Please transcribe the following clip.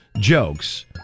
jokes